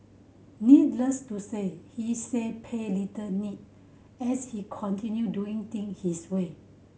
needless to say he say paid little need as he continue doing thing his way